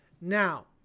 Now